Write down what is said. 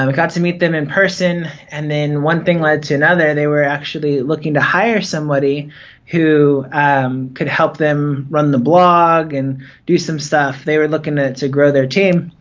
um got to meet them in person, and then one thing led to another, they were actually looking to hire somebody who could help them run the blog, and do some stuff, they were looking to to grow their team.